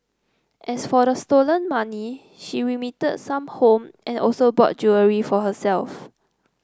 as for the stolen money she remitted some home and also bought jewellery for herself